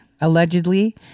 allegedly